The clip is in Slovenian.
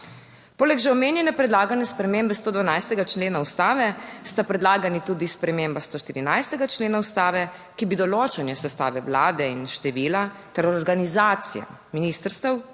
Poleg že omenjene predlagane spremembe 112. člena Ustave sta predlagani tudi sprememba 114. člena Ustave, ki bi določanje sestave vlade in števila ter organizacije ministrstev